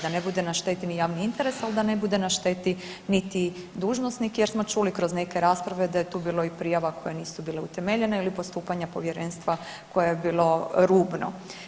Da ne bude na šteti ni javni interes al da ne bude na šteti niti dužnosnik jer smo čuli kroz neke rasprave da je tu bilo i prijava koje nisu bile utemeljene ili postupanja Povjerenstva koje je bilo rubno.